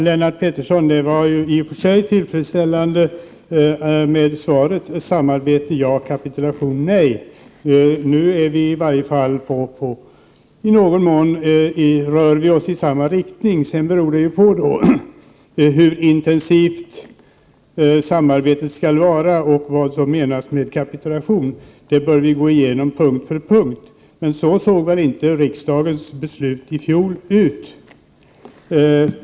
Fru talman! Det var, Lennart Pettersson, i och för sig tillfredsställande med svaret: samarbete — ja, kapitulation — nej. Nu rör vi oss i alla fall i någon mån i samma riktning. Sedan beror det då på hur intensivt samarbetet skall vara och vad som menas med kapitulation. Det bör vi gå igenom punkt för punkt. Men så såg väl inte riksdagens beslut i fjol ut.